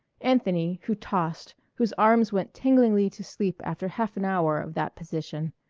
anthony, who tossed, whose arms went tinglingly to sleep after half an hour of that position,